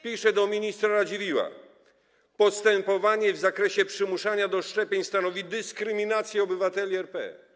pisze do ministra Radziwiłła: Postępowanie w zakresie przymuszania do szczepień stanowi dyskryminację obywateli RP.